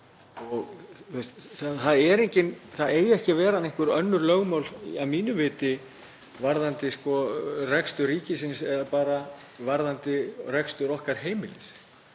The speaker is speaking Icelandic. og það eiga ekki að vera einhver önnur lögmál að mínu viti varðandi rekstur ríkisins eða bara rekstur okkar heimilis.